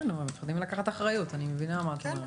כן, מפחדים לקחת אחריות, אני מבינה מה את אומרת.